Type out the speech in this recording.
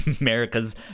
america's